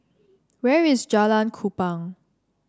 where is Jalan Kupang